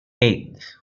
eight